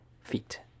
feet